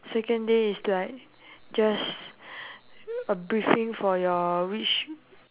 second day is like just a briefing for your which